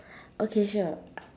okay sure